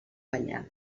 penyal